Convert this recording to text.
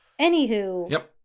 Anywho